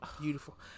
beautiful